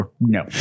no